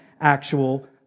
actual